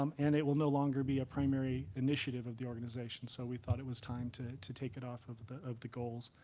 um and it will no longer be a primary initiative of the organization. so we thought it was time to to take it off of the of the goals.